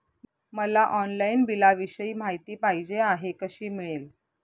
मला ऑनलाईन बिलाविषयी माहिती पाहिजे आहे, कशी मिळेल?